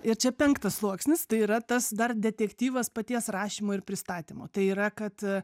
ir čia penktas sluoksnis tai yra tas dar detektyvas paties rašymo ir pristatymo tai yra kad